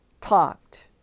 talked